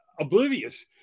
oblivious